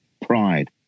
pride